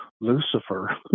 lucifer